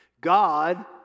God